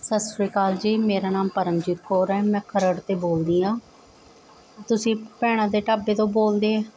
ਸਤਿ ਸ਼੍ਰੀ ਅਕਾਲ ਜੀ ਮੇਰਾ ਨਾਮ ਪਰਮਜੀਤ ਕੌਰ ਹੈ ਮੈਂ ਖਰੜ ਤੇ ਬੋਲਦੀ ਹਾਂ ਤੁਸੀਂ ਭੈਣਾਂ ਦੇ ਢਾਬੇ ਤੋਂ ਬੋਲਦੇ